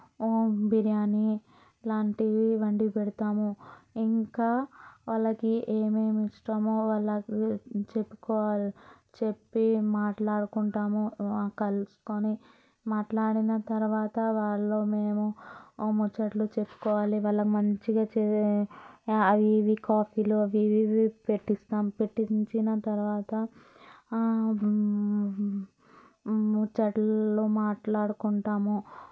బిర్యానీ ఇలాంటివి వండి పెడతాము ఇంకా వాళ్ళకి ఏమేమి ఇష్టమో అలాగే చెప్పుకో చెప్పి మాట్లాడుకుంటాము ఆ కలుసుకోని మాట్లాడిన తర్వాత వాళ్ళు మేము ముచ్చట్లు చెప్పుకోవాలి భలే మంచిగా చే అవి ఇవి కాఫీలు అవి ఇవి పెట్టిస్తాం పెట్టించిన తర్వాత ముచ్చట్లు మాట్లాడుకుంటాము